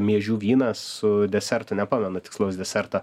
miežių vynas su desertu nepamenu tikslaus deserto